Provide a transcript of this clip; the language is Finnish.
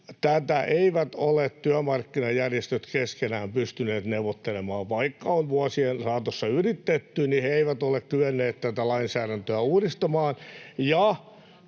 tätä eivät ole työmarkkinajärjestöt keskenään pystyneet neuvottelemaan. Vaikka on vuosien saatossa yritetty, niin he eivät ole kyenneet tätä lainsäädäntöä uudistamaan.